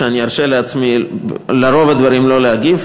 שאני ארשה לעצמי על רובם לא להגיב,